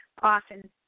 often